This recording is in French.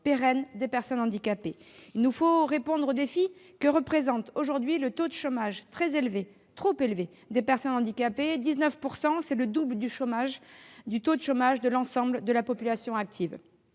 pérenne des personnes handicapées. Il nous faut répondre au défi que représente aujourd'hui le taux de chômage très élevé, trop élevé, des personnes handicapées : 19 %, c'est le double du taux de chômage de l'ensemble de la population active.